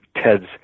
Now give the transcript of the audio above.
Ted's